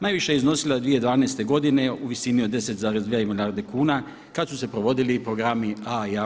Najviše je iznosila 2012. godine u visini od 10,2 milijarde kuna kad su se provodili programi A i A+